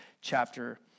chapter